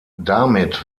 damit